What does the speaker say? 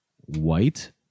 white